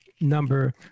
number